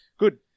Good